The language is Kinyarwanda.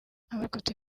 abarokotse